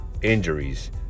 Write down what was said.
injuries